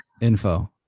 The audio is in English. info